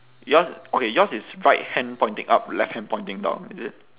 yours okay yours is right hand pointing up left hand pointing down is it